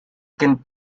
can